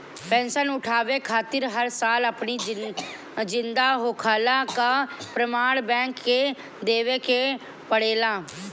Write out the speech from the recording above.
pension उठावे खातिर हर साल अपनी जिंदा होखला कअ प्रमाण बैंक के देवे के पड़ेला